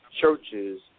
churches